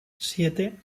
siete